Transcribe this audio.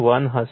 471 હશે